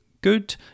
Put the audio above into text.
good